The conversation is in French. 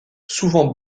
souvent